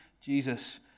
Jesus